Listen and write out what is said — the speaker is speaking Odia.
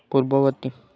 ପୂର୍ବବର୍ତ୍ତୀ